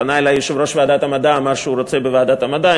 פנה אלי יושב-ראש ועדת המדע ואמר שהוא רוצה בוועדת המדע.